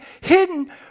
hidden